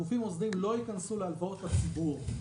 גופים מוסדיים לא ייכנסו להלוואות הציבור.